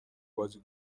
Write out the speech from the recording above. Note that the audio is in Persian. بازی